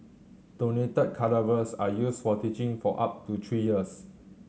donated cadavers are used for teaching for up to three years